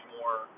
more